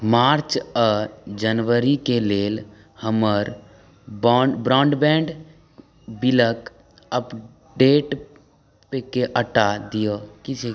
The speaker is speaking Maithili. मार्च आओर जनवरीके लेल हमर ब्रॉडबैण्ड बिलके अपडेट पेके अटा दिऔ कि छै